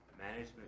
management